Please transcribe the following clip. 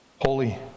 holy